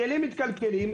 הכלים מתקלקלים,